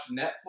Netflix